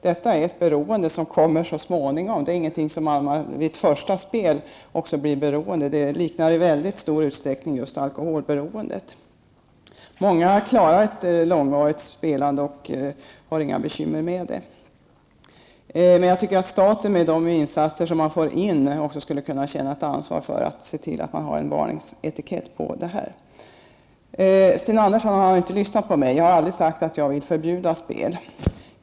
Det är fråga om ett beroende som kommer så småningom. Man blir inte beroende vid ett första speltillfälle. Det liknar i väldigt stor utsträckning just alkoholberoendet. Många klarar ett långvarigt spelande utan att få bekymmer. Men jag tycker att det från statens sida, med tanke på intäkterna från spelandet, också skulle tas ett ansvar i form av en varningsetikett i det här sammanhanget. Sten Andersson lyssnade inte på vad jag sade. Jag har aldrig sagt att jag vill förbjuda spel.